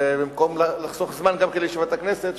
גם כדי לחסוך זמן לישיבת הכנסת,